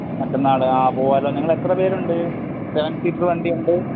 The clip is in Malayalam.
മറ്റന്നാള് ആ പോകാമല്ലോ നിങ്ങളെത്ര പേരുണ്ട് സെവൻ സീറ്റര് വണ്ടിയുണ്ട്